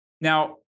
Now